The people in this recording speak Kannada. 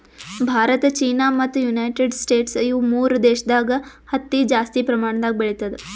ಭಾರತ ಚೀನಾ ಮತ್ತ್ ಯುನೈಟೆಡ್ ಸ್ಟೇಟ್ಸ್ ಇವ್ ಮೂರ್ ದೇಶದಾಗ್ ಹತ್ತಿ ಜಾಸ್ತಿ ಪ್ರಮಾಣದಾಗ್ ಬೆಳಿತದ್